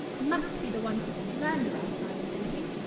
must be the ones who slander us, i'm thinking.